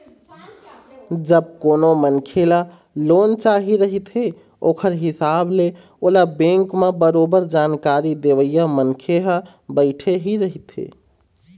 जब कोनो मनखे ल लोन चाही रहिथे ओखर हिसाब ले ओला बेंक म बरोबर जानकारी देवइया मनखे ह बइठे ही रहिथे